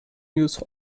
use